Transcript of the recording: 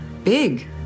big